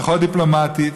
פחות דיפלומטית,